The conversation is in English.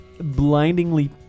blindingly